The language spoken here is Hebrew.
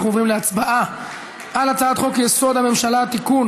אנחנו עוברים להצבעה על הצעת חוק-יסוד: הממשלה (תיקון,